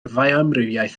fioamrywiaeth